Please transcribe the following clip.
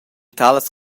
talas